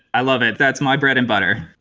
i love it. that's my bread-and-butter.